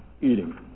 eating